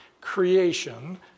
creation